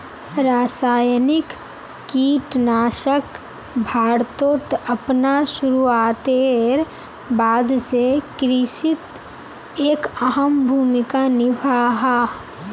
रासायनिक कीटनाशक भारतोत अपना शुरुआतेर बाद से कृषित एक अहम भूमिका निभा हा